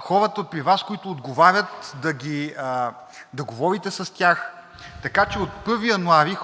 Хората при Вас, които отговарят, да говорите с тях, така че от 1 януари